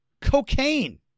cocaine